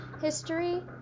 history